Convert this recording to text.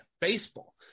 baseball